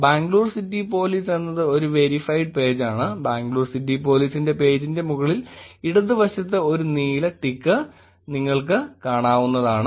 Bangalore city police എന്നത് ഒരു verified പേജാണ് ബാംഗ്ലൂർ സിറ്റി പോലീസിന്റെ പേജിന്റെ മുകളിൽ ഇടതുവശത്ത് ഒരു നീല ടിക്ക് നിങ്ങൾക്ക് കാണാവുന്നതാണ്